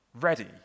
ready